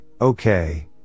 okay